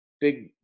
big